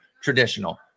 traditional